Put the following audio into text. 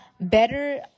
better